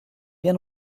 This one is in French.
bien